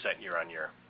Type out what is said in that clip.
year-on-year